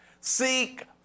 Seek